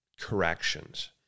corrections